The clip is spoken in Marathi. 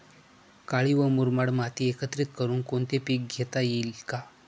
काळी व मुरमाड माती एकत्रित करुन कोणते पीक घेता येईल का?